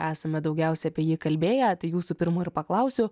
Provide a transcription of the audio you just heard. esame daugiausia apie jį kalbėję tai jūsų pirmo ir paklausiu